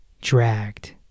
dragged